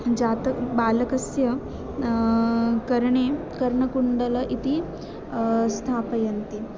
जातं बालकस्य कर्णे कर्णकुण्डलं इति स्थापयन्ति